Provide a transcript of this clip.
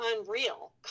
unreal